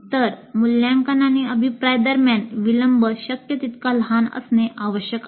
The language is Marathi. तर मूल्यांकन आणि अभिप्राय दरम्यान विलंब शक्य तितका लहान असणे आवश्यक आहे